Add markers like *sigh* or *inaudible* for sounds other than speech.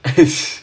*noise*